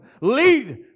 Lead